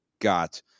got